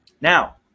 Now